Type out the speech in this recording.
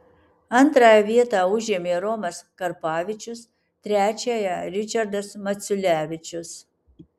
antrąją vietą užėmė romas karpavičius trečiąją ričardas maculevičius